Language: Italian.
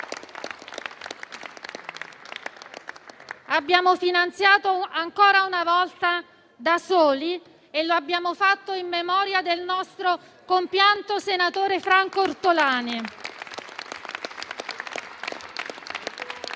L'abbiamo finanziata ancora una volta da soli, e lo abbiamo fatto in memoria del nostro compianto senatore Franco Ortolani.